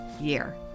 year